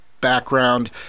background